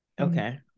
Okay